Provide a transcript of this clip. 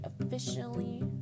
officially